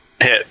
hit